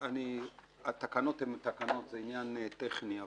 התקנות הן תקנות, זה עניין טכני.